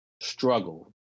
struggle